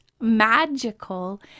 magical